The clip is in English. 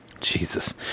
jesus